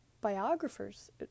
biographers